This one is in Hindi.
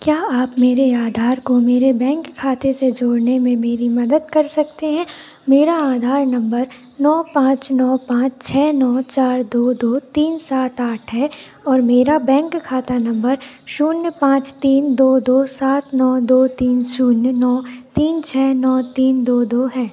क्या आप मेरे आधार को मेरे बैंक खाते से जोड़ने में मेरी मदद कर सकते हैं मेरा आधार नंबर नौ पाँच नौ पाँच छः नौ चार दो दो तीन सात आठ है और मेरा बैंक खाता नंबर शून्य पाँच तीन दो दो सात नौ दो तीन शून्य नौ तीन छः तीन दो दो है